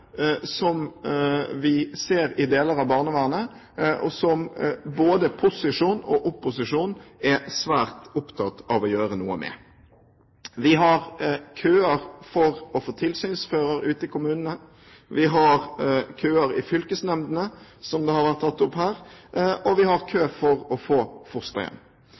som vi ser i deler av barnevernet, og som både posisjon og opposisjon er svært opptatt av å gjøre noe med. Vi har køer for å få tilsynsførere ute i kommunene, vi har køer i fylkesnemndene, som har vært tatt opp her, og vi har køer for å få fosterhjem.